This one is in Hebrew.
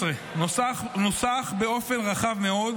2016 נוסח באופן רחב מאוד,